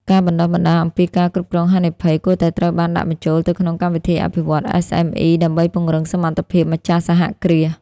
ការបណ្ដុះបណ្ដាលអំពីការគ្រប់គ្រងហានិភ័យ គួរតែត្រូវបានដាក់បញ្ចូលទៅក្នុងកម្មវិធីអភិវឌ្ឍន៍ SME ដើម្បីពង្រឹងសមត្ថភាពម្ចាស់សហគ្រាស។